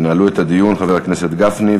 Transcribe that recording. ינעלו את הדיון חבר הכנסת גפני,